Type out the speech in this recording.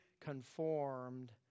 conformed